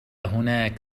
هناك